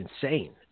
insane